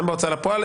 גם בהוצאה לפועל,